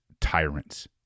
tyrants